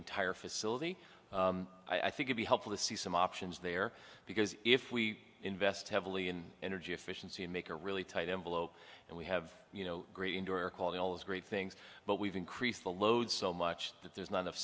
entire facility i think would be helpful to see some options there because if we invest heavily in energy efficiency and make a really tight envelope and we have you know great indoor air quality all those great things but we've increased the load so much that there's no